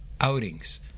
outings